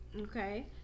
Okay